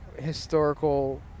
historical